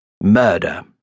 Murder